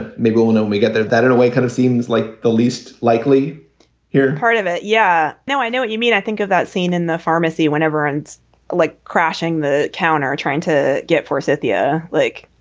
ah may go on when we get there that in a way kind of seems like the least likely here and part of it yeah. now i know what you mean. i think of that scene in the pharmacy whenever it's like crashing the counter or trying to get force at the yeah like